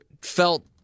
felt